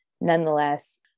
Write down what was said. nonetheless